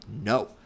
no